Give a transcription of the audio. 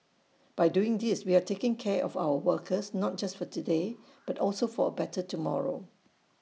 by doing these we are taking care of our workers not just for today but also for A better tomorrow